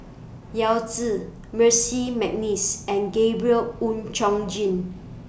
Yao Zi Mercy Mcneice and Gabriel Oon Chong Jin